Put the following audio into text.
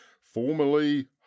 formerly